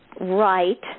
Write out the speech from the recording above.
right